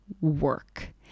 work